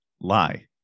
lie